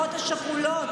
למשפחות השכולות,